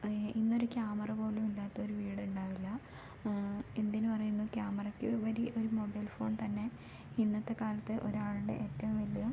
അതേ ഇന്നൊര് ക്യാമറ പോലും ഇല്ലാത്തൊരു വീടുണ്ടാവില്ല എന്തിന് പറയുന്നു ക്യാമറക്കുപരി ഒരു മൊബൈൽ ഫോൺ തന്നെ ഇന്നത്തെ കാലത്ത് ഒരാളുടെ ഏറ്റവും വലിയ